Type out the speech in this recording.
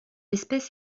espèce